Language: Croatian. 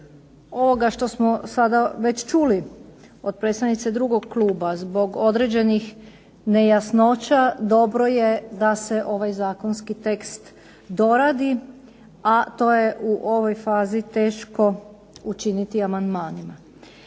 ovoga što smo sada već čuli od predstavnice drugog kluba, zbog određenih nejasnoća dobro je da se ovaj zakonski tekst doradi, a to je u ovoj fazi teško učiniti amandmanima.